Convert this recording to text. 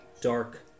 dark